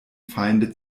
feinde